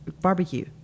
Barbecue